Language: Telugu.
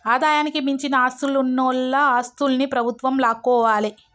ఆదాయానికి మించిన ఆస్తులున్నోల ఆస్తుల్ని ప్రభుత్వం లాక్కోవాలే